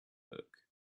book